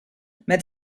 met